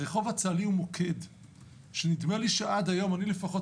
הרחוב הצה"לי הוא מוקד ונדמה לי שעד היום אני לפחות